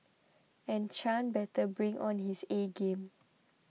and Chan better bring on his A game